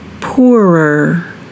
Poorer